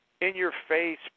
in-your-face